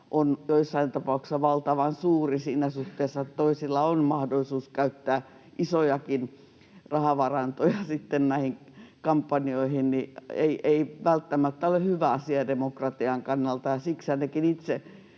on joissain tapauksissa valtavan suuri siinä suhteessa, että toisilla on mahdollisuus käyttää isojakin rahavarantoja sitten näihin kampanjoihin, ei välttämättä ole hyvä asia demokratian kannalta, ja siksi ainakin itse